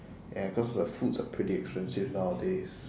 ya cause the foods are pretty expensive nowadays